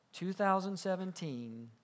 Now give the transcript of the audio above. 2017